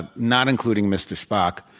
and not including mr. spock,